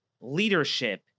leadership